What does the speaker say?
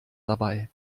dabei